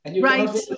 Right